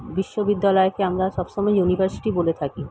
বিশ্ববিদ্যালয়কে আমরা সব সময় ইউনিভার্সিটি বলে থাকি